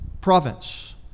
province